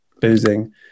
boozing